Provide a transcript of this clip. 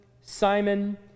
Simon